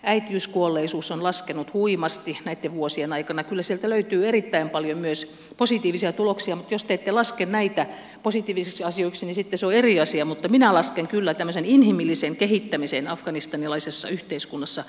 äitiyskuolleisuus on laskenut huimasti nettivuosien aikana kliseeltä löytyy erittäin paljon myös positiivisia tuloksia jos te pelasti näitä positiivisiksi asioiksimisen taso eri asia mutta minä lasken kyllä tämä sen inhimillisen kehittämisen afganistanilaisessa yhteiskunnassa